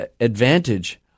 advantage